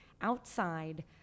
outside